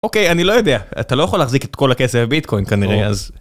אוקיי, אני לא יודע, אתה לא יכול להחזיק את כל הכסף בביטקוין כנראה, אז